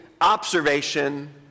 observation